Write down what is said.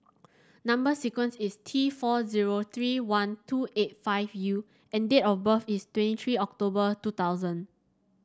number sequence is T four zero three one two eight five U and date of birth is twenty three October two thousand